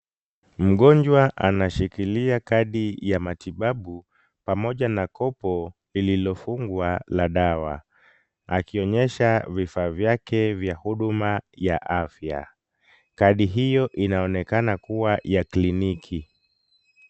Mgonjwa anashikilia kadi ya matibabu pamoja na kopo lililofungwa la dawa, akionyesha vifaa vyake vya huduma ya afya. Kadi hiyo inaonekana kuwa ya kliniki.